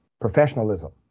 professionalism